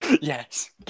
Yes